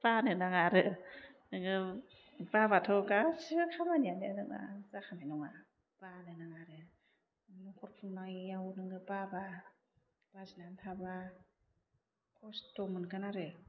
बानो नाङा आरो नोङो बाबाथ' गासिबो खामानियानो नोंना जाखानाय नङा बानो नाङा आरो न'खर खुंनायाव नोङो बाबा लाजिनानै थाबा खस्थ' मोनगोन आरो